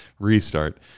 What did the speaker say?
Restart